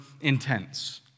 intense